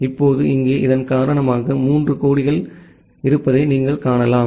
இப்போது இங்கே இதன் காரணமாக 3 கொடிகள் இருப்பதை நீங்கள் காணலாம்